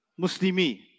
Muslimi